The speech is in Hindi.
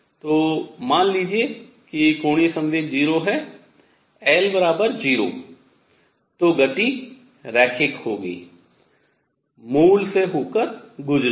तो मान लीजिए कि कोणीय संवेग 0 है L 0 तो गति रैखिक होगी मूल से होकर गुजरेगी